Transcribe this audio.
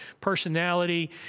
personality